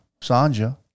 Sanja